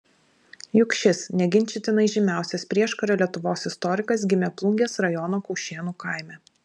juk šis neginčytinai žymiausias prieškario lietuvos istorikas gimė plungės rajono kaušėnų kaime